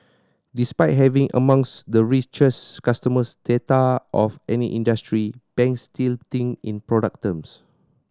despite having amongst the customer data of any industry banks still think in product terms